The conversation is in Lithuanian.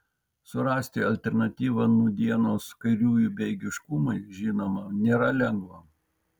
surasti alternatyvą nūdienos kairiųjų bejėgiškumui žinoma nėra lengva